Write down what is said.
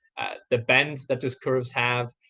the bend that those curves have,